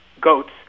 goats